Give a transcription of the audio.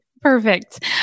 Perfect